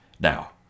Now